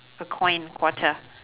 a coin quarter